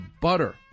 butter